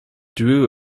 drew